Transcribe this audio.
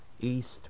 East